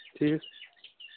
ٹھیٖک